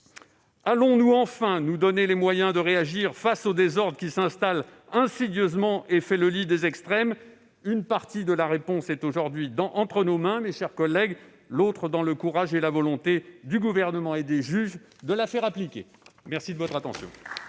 Allons-nous enfin nous donner les moyens de réagir face au désordre qui s'installe insidieusement et fait le lit des extrêmes ? Une partie de la réponse est aujourd'hui dans entre nos mains, mes chers collègues ; l'autre dépendra du courage et de la volonté du Gouvernement et des juges de faire appliquer ces nouvelles dispositions.